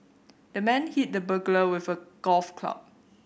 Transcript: the man hit the burglar with a golf club